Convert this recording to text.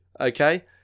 okay